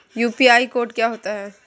UPI code क्या होता है?